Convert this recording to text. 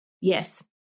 Yes